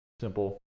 simple